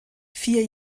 vier